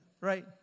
right